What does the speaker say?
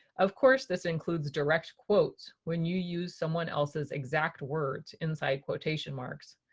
of course this includes direct quotes, when you use someone else's exact words inside quotation marks.